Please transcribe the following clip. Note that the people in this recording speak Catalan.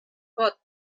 pot